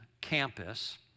campus